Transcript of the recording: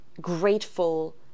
grateful